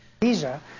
Visa